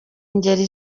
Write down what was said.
ngeri